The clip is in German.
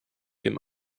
dem